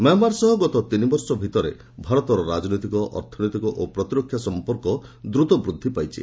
Myanmar ସହ ଗତ ତିନିବର୍ଷ ଭିତରେ ଭାରତର ରାଜନୈତିକ ଅର୍ଥନୈତିକ ଓ ପ୍ରତିରକ୍ଷା ସଂପର୍କ ଦୂତ ବୃଦ୍ଧି ପାଇଛି